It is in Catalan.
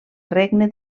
regne